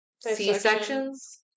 C-sections